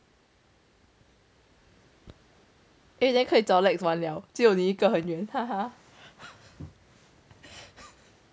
eh then 可以找 lex 玩了只有你一个朋友远